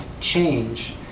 change